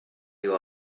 you